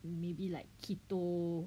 maybe like keto